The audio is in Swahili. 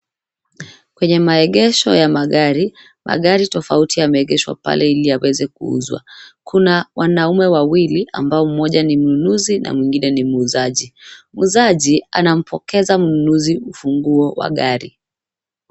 Kwenye maegesho ya magari, magari tofauti yameegeshwa pale ili yaweze kuuzwa. Kuna wanaume wawili ambaye mmoja ni mnunuzi na mwingine ni muuzaji. Muuzaji anampokeza mnunuzi ufunguo wa gari.